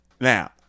Now